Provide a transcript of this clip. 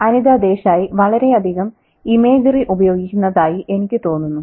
അനിത ദേശായി വളരെയധികം ഇമേജറി ഉപയോഗിക്കുന്നതായി എനിക്ക് തോന്നുന്നു